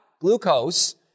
Glucose